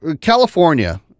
California